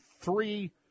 three